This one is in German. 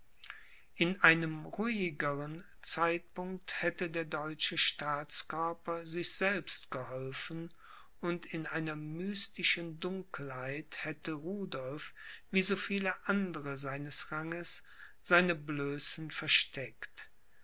in einem ruhigern zeitpunkt hätte der deutsche staatskörper sich selbst geholfen und in einer mystischen dunkelheit hätte rudolph wie so viele andre seines ranges seine blößen versteckt